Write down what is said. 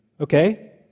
Okay